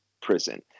prison